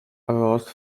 arose